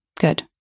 Good